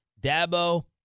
Dabo